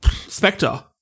spectre